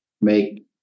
make